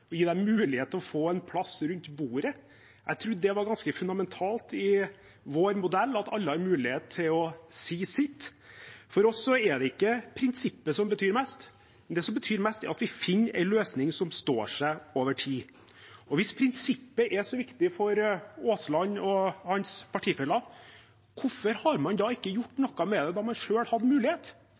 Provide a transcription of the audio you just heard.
gi dem mulighet til å få en plass rundt bordet. Jeg trodde det var ganske fundamentalt i vår modell, at alle har mulighet til å si sitt. For oss er det ikke prinsippet som betyr mest, det som betyr mest, er at vi finner en løsning som står seg over tid. Hvis prinsippet er så viktig for Aasland og hans partifeller, hvorfor gjorde man ikke noe med det da man selv hadde mulighet?